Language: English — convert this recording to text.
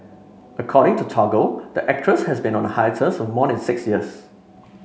according to Toggle the actress has been on a hiatus more than six years